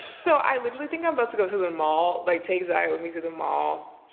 so i literally think i'm about to go to the mall. like take ziya with me to the mall.